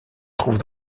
trouve